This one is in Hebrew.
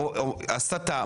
הסתה,